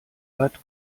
bad